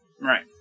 Right